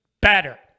better